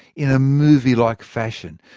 in a movie-like fashion.